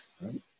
right